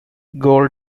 goal